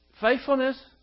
Faithfulness